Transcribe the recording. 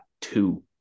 two